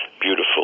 beautiful